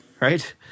Right